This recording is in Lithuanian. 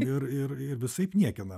ir ir ir visaip niekinam